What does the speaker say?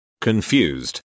Confused